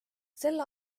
sel